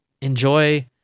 enjoy